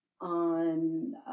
on